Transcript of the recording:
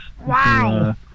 Wow